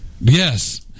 Yes